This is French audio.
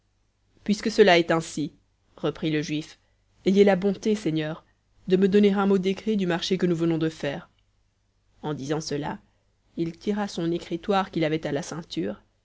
puisque cela est ainsi reprit le juif ayez la bonté seigneur de me donner un mot d'écrit du marché que nous venons de faire en disant cela il tira son écritoire qu'il avait à la ceinture